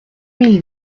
mille